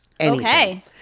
Okay